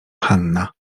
hanna